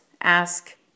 Ask